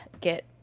get